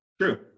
True